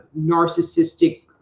narcissistic